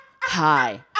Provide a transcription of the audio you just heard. Hi